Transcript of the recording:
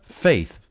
faith